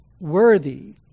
worthy